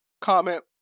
comment